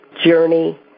journey